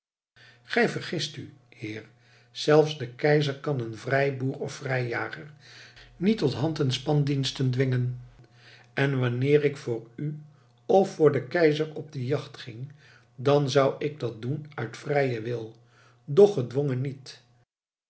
gij vergist u heer zelfs de keizer kan een vrijboer of vrijjager niet tot hand en spandiensten dwingen en wanneer ik voor u of voor den keizer op de jacht ging dan zou ik dat doen uit vrijen wil doch gedwongen niet